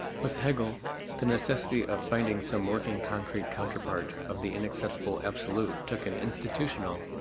with hegel the necessity of finding some working concrete counterpart of the inaccessible absolute took an institutional,